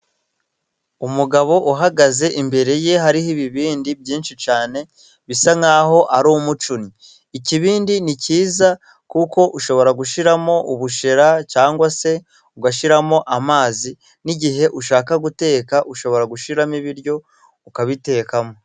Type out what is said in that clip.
Umugabo uhagaze. Imbere ye hariho ibibindi byinshi cyane bisa nk'aho ari umucunnyi. Ikibindi ni cyiza kuko ushobora gushyiramo ubushera cyangwa se ugashyiramo amazi. N'igihe ushaka guteka ushobora gushyiramo ibiryo ukabitekamo.